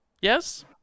Yes